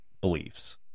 beliefs